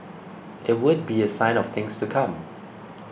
it would be a sign of things to come